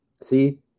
See